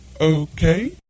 okay